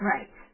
Right